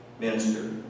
minister